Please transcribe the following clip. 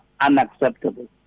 unacceptable